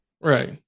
Right